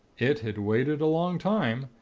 it had waited a long time.